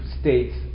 states